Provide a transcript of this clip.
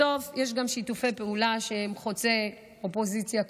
בסוף יש גם שיתופי פעולה שהם חוצי אופוזיציה-קואליציה.